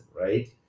Right